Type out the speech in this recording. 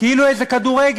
כאילו איזה כדורגל.